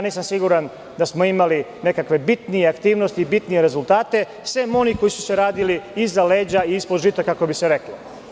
Nisam siguran da smo imali neke bitnije aktivnosti i bitnije rezultate, sem onih koji su se radili iza leđa ili iza žita kako bi se reklo.